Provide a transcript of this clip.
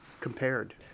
compared